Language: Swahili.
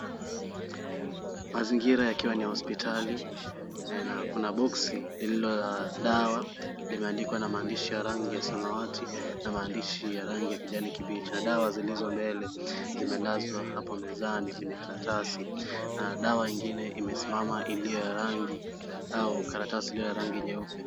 Mazingira yakiwa ni ya hospitali. Kuna boksi lililo la dawa limeandikwa na maandishi ya rangi ya samawati na maandishi ya rangi kijani kibichi. Na dawa zilizo mbele zimelazwa hapo mezani kwenye karatasi. Dawa ingine imesimama ilio ya rangi au karatasi ilio ya rangi nyeupe.